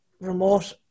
remote